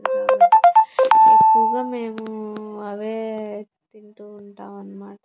ఎక్కువగా మేము అవే తింటు ఉంటాం అన్నమాట